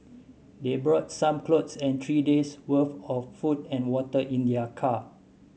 they brought some clothes and three days worth of food and water in their car